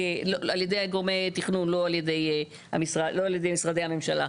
על ידי גורמי תכנון לא על ידי משרדי הממשלה,